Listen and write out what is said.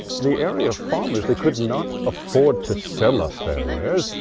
the area farmers, they could not afford to sell us their wares,